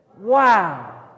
wow